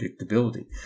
predictability